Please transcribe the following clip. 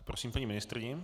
Tak, prosím paní ministryni.